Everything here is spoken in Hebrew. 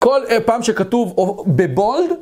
כל פעם שכתוב בבולד